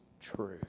true